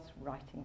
writing